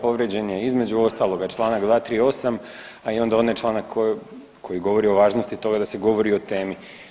Povrijeđen je između ostaloga čl. 238., a i onda onaj članak koji govori o važnosti toga da se govori o temi.